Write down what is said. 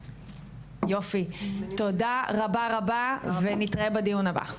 יופי, תודה רבה רבה, נתראה בדיון הבא.